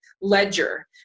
ledger